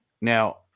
Now